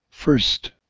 First